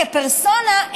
כפרסונה,